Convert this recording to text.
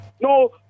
no